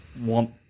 want